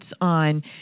on